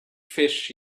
fish